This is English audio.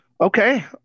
Okay